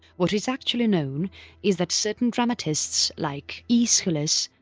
what is actually known is that certain dramatists like aeschylus,